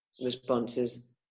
responses